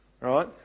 right